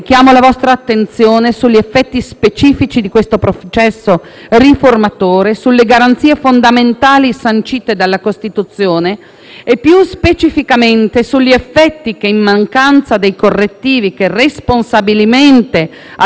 e, più specificamente, sugli effetti che, in mancanza dei correttivi, che responsabilmente abbiamo proposto senza successo, si avranno per la minoranza linguistica slovena della Regione a Statuto speciale del Friuli-Venezia Giulia.